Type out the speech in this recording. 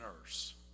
nurse